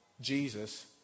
Jesus